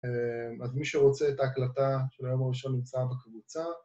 אז מי שרוצה, את ההקלטה של היום הראשון ימצא בקבוצה